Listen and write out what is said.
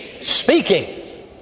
Speaking